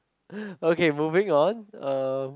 okay moving on um